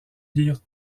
lire